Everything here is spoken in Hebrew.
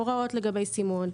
הוראות לגבי סימון,